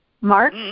Mark